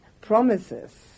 promises